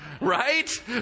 right